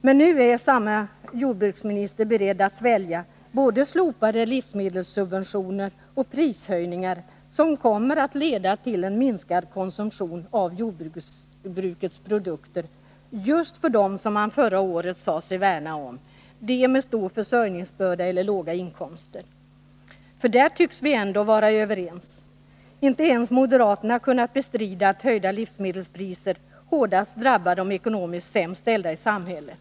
Men nu är samme jordbruksminister beredd att svälja både slopade livsmedelssubventioner och prishöjningar, som kommer att leda till en minskad konsumtion av jordbrukets produkter just för dem som han förra året sade sig värna om — de med stor försörjningsbörda eller med låga inkomster. Där tycks vi ändå vara överens — inte ens moderaterna har kunnat bestrida att höjda livsmedelspriser hårdast drabbar de ekonomiskt sämst ställda i samhället.